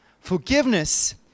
forgiveness